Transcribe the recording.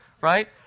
right